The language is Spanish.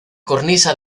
cornisa